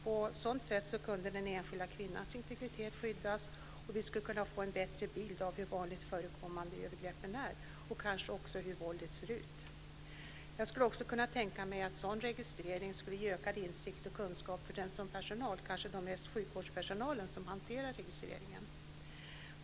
På ett sådant sätt skulle den enskilda kvinnans integritet kunna skyddas och vi skulle kunna få en bild av hur vanligt förekommande övergreppen är och kanske också av hur våldet ser ut. Jag skulle också kunna tänka mig att sådan registrering skulle kunna ge ökad och insikt och kunskap för personalen, kanske främst för den sjukvårdspersonal som hanterar registreringen.